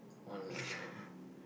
one